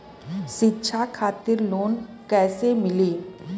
शिक्षा खातिर लोन कैसे मिली?